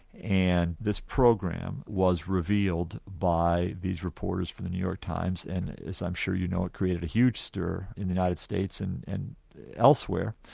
and this program was revealed by these reporters from the new york times, and as i'm sure you know, created a huge stir in the united states and and elsewhere,